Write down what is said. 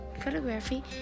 photography